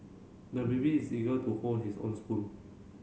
the baby is eager to hold his own spoon